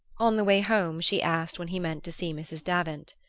on the way home she asked when he meant to see mrs. davant.